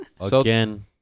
Again